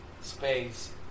Space